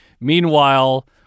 meanwhile-